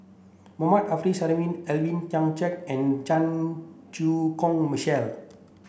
Mohammad Arif Suhaimi Alvin Tan Cheong Kheng and Chan Chew Koon Michael